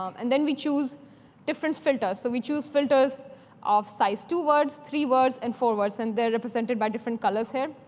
um and then we choose different filters. so we choose filters of size two words, three words, and four words, and they're represented by different colors here.